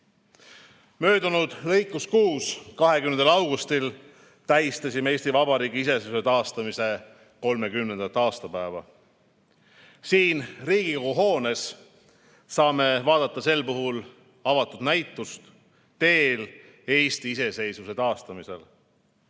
rahvas! Möödunud lõikuskuu 20. augustil tähistasime Eesti Vabariigi iseseisvuse taastamise 30. aastapäeva. Siin Riigikogu hoones saame vaadata sel puhul avatud näitust "Teel Eesti iseseisvuse taastamisele".